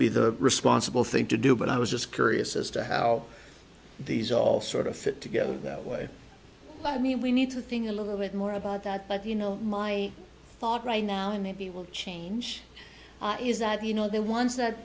the responsible thing to do but i was just curious as to how these all sort of fit together that way i mean we need to think a little bit more about that but you know my thought right now and maybe will change is that you know the ones that